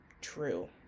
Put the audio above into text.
true